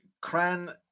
Cran